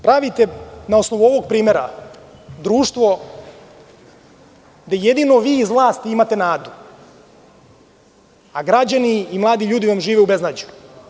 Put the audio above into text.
Pravite na osnovu ovog primera društvo gde jedino vi iz vlasti imate nadu, a građani i mladi ljudi vam žive u beznađu.